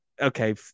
okay